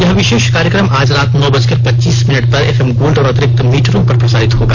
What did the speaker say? यह विशेष कार्यक्रम आज रात नौ बजकर पच्चीस मिनट पर एफएम गोल्ड और अतिरिक्त मीटरों पर प्रसारित होगा